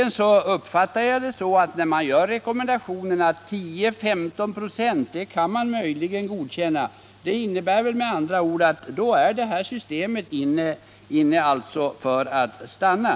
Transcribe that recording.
När man gör rekommendationen att 10-15 ?6 möjligen kan godkännas innebär väl det med andra ord att det här systemet har kommit för att stanna.